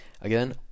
Again